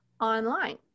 online